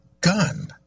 gun